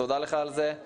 תודה לך על זה.